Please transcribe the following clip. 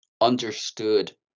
understood